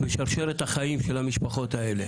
בשרשרת החיים של המשפחות האלה.